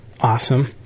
awesome